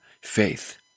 faith